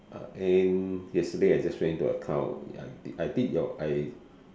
uh and yesterday I just went into account I I I did your I